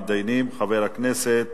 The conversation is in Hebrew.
ראשון המתדיינים, חבר הכנסת